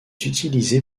utilisé